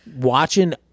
watching